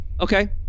Okay